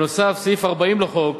נוסף על כך, סעיף 40 לחוק